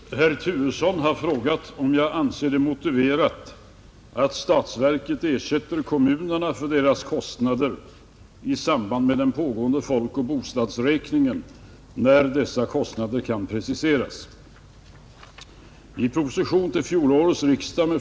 Fru talman! Herr Turesson har frågat mig om jag anser det motiverat att statsverket ersätter kommunerna för deras kostnader i samband med den pågående folkoch bostadsräkningen, när dessa kostnader kan preciseras.